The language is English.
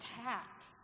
attacked